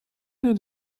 did